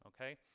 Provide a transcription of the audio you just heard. okay